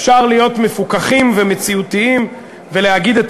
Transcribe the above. אפשר להיות מפוכחים ומציאותיים ולהגיד את